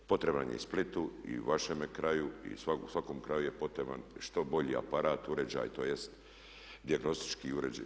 Potreban je i Splitu i u vašem kraju i u svakom kraju je potreban što bolji aparat, uređaj tj. dijagnostički uređaj.